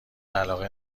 علاقه